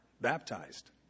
baptized